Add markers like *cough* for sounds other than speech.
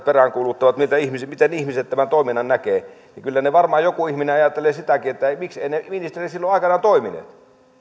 *unintelligible* peräänkuuluttavat sitä miten ihmiset tämän toiminnan näkevät niin kyllä varmaan joku ihminen ajattelee sitäkin mikseivät ne ministerit silloin aikanaan toimineet